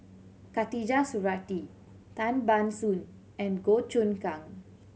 Khatijah Surattee Tan Ban Soon and Goh Choon Kang